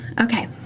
Okay